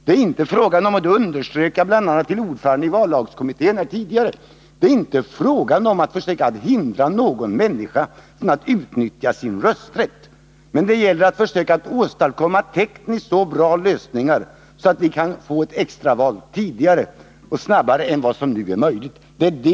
Det är inte fråga om — och det underströk jag här tidigare bl.a. för ordföranden i vallagskommittén — att hindra någon människa från att utnyttja sin rösträtt, utan det gäller att försöka åstadkomma tekniskt så goda lösningar att vi kan genomföra extraval tidigare och snabbare än vad som nu är möjligt.